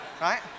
Right